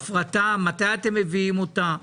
לעשות הפרטה, ותיכף